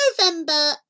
November